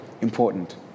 important